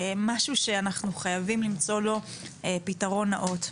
משהו שאנחנו חייבים למצוא לו פתרון נאות.